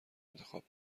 انتخاب